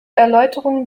erläuterung